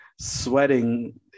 sweating